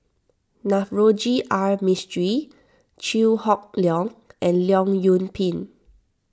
Navroji R Mistri Chew Hock Leong and Leong Yoon Pin